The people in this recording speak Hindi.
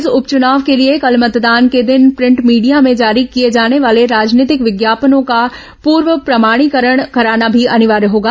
इस उपचुनाव के लिए कल मतदान के दिन प्रिंट मीडिया में जारी किए जाने वाले राजनीतिक विज्ञापनों का पूर्व प्रमाणीकरण कराना भी अनिवार्य होगा